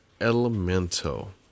Elemental